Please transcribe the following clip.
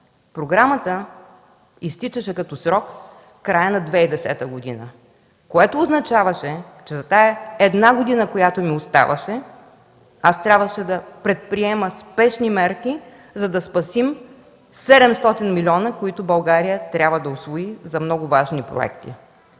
Програмата изтичаше като срок в края на 2010 г., което означаваше, че за тази една година, която ми оставаше, трябваше да предприема спешни мерки, за да спасим 700 милиона, които България трябва да усвои за много важни проекти.